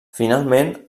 finalment